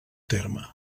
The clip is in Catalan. terme